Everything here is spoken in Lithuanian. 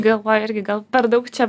galvoju irgi gal per daug čia